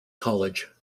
college